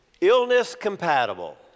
illness-compatible